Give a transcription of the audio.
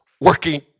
working